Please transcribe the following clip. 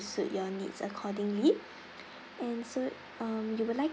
suit your needs accordingly and so uh you would like